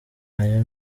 ayo